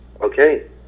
okay